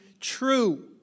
True